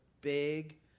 big